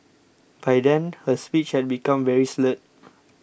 by then her speech had become very slurred